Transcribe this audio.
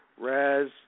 Raz